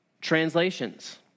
translations